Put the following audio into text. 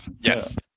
Yes